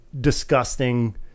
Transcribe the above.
disgusting